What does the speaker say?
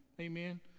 Amen